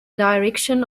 direction